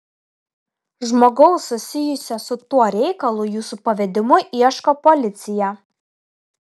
žmogaus susijusio su tuo reikalu jūsų pavedimu ieško policija